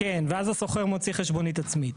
כן, ואז הסוחר מוציא חשבונית עצמית.